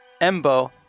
Embo